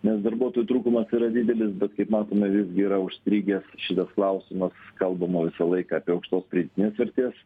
nes darbuotojų trūkumas yra didelis bet kaip matome visgi yra užstrigęs šitas klausimas kalbama visą laiką apie aukštos pridėtinės vertės